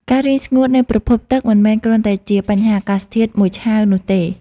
ការរីងស្ងួតនៃប្រភពទឹកមិនមែនគ្រាន់តែជាបញ្ហាអាកាសធាតុមួយឆាវនោះទេ។